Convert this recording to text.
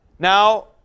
Now